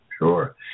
Sure